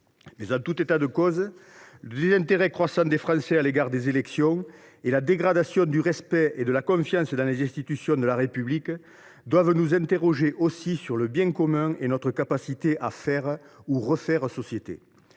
En tout état de cause, le désintérêt croissant des Français à l’égard des élections et la dégradation de la confiance dans les institutions de la République et du respect qui leur est dû doivent nous interroger aussi sur le bien commun et notre capacité à faire ou à refaire société.